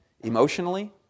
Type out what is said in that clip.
emotionally